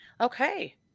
Okay